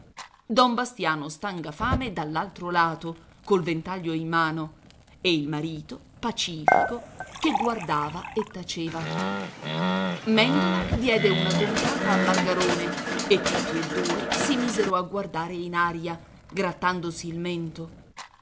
don bastiano stangafame dall'altro lato col ventaglio in mano e il marito pacifico che guardava e taceva mèndola diede una gomitata a margarone e tutti e due si misero a guardare in aria grattandosi il mento